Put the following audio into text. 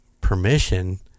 permission